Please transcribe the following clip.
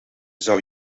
zou